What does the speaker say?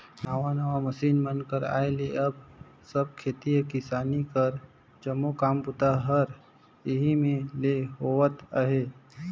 नावा नावा मसीन मन कर आए ले अब सब खेती किसानी कर जम्मो काम बूता हर एही मे ले होवत अहे